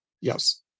Yes